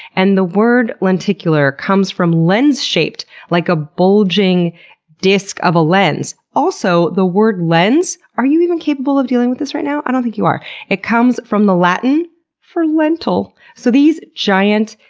and the word lenticular comes from lens shaped, like a bulging disc of a lens. also, the word lens are you even capable of dealing with this right now? i don't think you are it comes from the latin for lentil. so these giant,